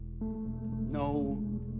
No